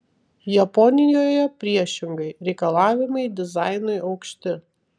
japonijoje priešingai reikalavimai dizainui aukšti